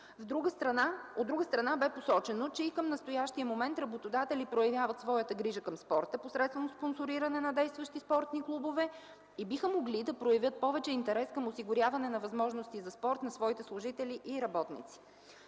От друга страна бе посочено, че и към настоящия момент, работодатели проявяват своята грижа към спорта, посредством спонсориране на действащи спортни клубове и биха могли да проявят повече интерес към осигуряване на възможности за спорт на своите служители и работници.